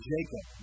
Jacob